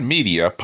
Media